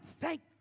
thank